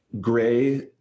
gray